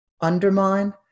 undermine